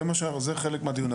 זה חלק מהדיון.